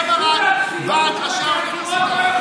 למה רק ועד ראשי האוניברסיטאות?